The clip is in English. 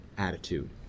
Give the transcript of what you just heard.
attitude